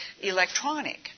electronic